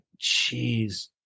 Jeez